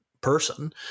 person